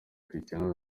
cristiano